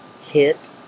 hit